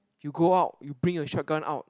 you go out you bring your shot gun out